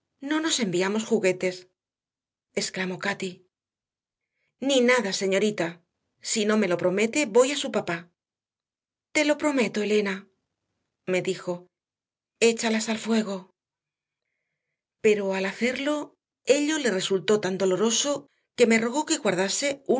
no nos enviamos juguetes exclamó cati ni nada señorita si no me lo promete voy a su papá te lo prometo elena me dijo échalas al fuego pero al hacerlo ello le resultó tan doloroso que me rogó que guardase